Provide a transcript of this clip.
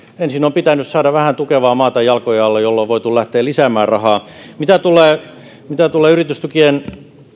ensin on pitänyt saada vähän tukevaa maata jalkojen alle jolloin on voitu lähteä lisäämään rahaa mitä tulee mitä tulee yritystukien